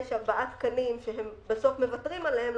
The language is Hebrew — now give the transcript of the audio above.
יש ארבעה תקנים שהם בסוף מוותרים עליהם,